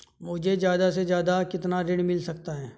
मुझे ज्यादा से ज्यादा कितना ऋण मिल सकता है?